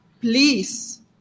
please